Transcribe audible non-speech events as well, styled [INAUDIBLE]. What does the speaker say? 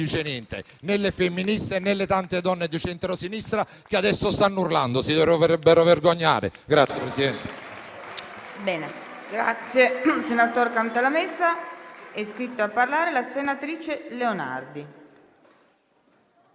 niente, né le femministe, né le tante donne di centrosinistra che adesso stanno urlando e si dovrebbero vergognare. [APPLAUSE]